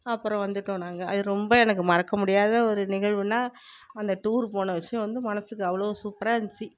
அப்புறம் வந்துவிட்டோம் நாங்கள் அது ரொம்ப எனக்கு மறக்க முடியாத ஒரு நிகழ்வுன்னா அந்த டூர் போன விஷயோம் வந்து மனசுக்கு அவ்வளோ சூப்பராந்துச்சு